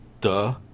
Duh